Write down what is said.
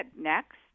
Next